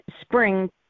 spring